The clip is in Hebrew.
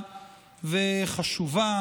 וזאת כחלק ממאמץ מתמשך,